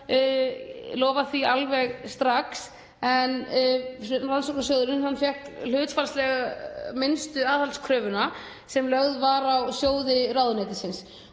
lofa því alveg strax. Rannsóknasjóður fékk hlutfallslega minnstu aðhaldskröfuna sem lögð var á sjóði ráðuneytisins.